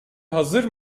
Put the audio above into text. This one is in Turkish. hazır